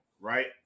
right